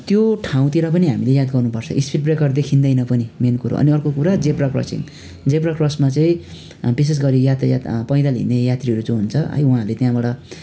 त्यो ठाउँतिर पनि हामीले याद गर्नु पर्छ स्पिड ब्रेकर देखिँदैन पनि मेन कुरो अनि अर्को कुरा जेब्रा क्रसिङ जेब्रा क्रसमा चाहिँ विशेष गरी यातायात पैदल हिँड्ने यात्रीहरू जो हुन्छ उहाँहरूले त्यहाँबाट